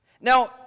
Now